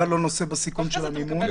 אתה לא נושא בסיכון של המימון.